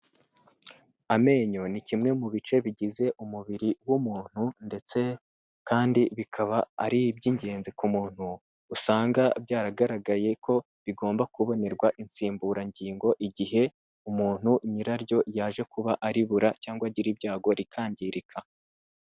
Amenyo ni kimwe mu bice bigize umubiri w'umuntu, ndetse kandi bikaba ari iby'ingenzi ku muntu, usanga byaragaragaye ko bigomba kubonerwa insimburangingo, igihe umuntu nyiraryo yaje kuba aribura cyangwa agira ibyago rikangirika.